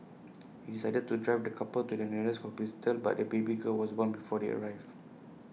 he decided to drive the couple to the nearest but the baby girl was born before they arrived